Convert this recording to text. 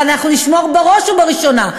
אז נקפיא את הבנייה.